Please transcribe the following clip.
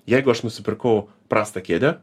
jeigu aš nusipirkau prastą kėdę